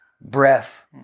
breath